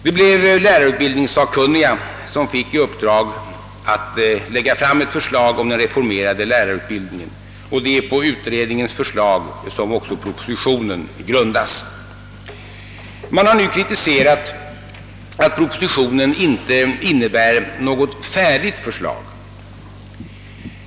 Det blev lärarutbildningssakkunniga som fick i uppdrag att lägga fram ett förslag om den reformerade lärarutbildningen, och det är på utredningens förslag som propositionen grundats. Man har nu kritiserat att propositionen inte innehåller något färdigt förslag.